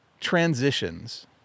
transitions